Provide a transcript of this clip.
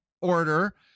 order